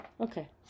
Okay